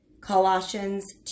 Colossians